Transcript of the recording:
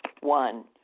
One